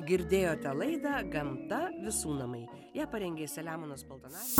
girdėjote laidą gamta visų namai ją parengė selemonas paltanavičius